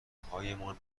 قولهایمان